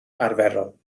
arferol